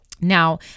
Now